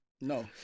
No